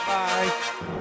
Bye